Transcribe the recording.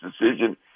decision